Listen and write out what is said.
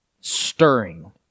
stirring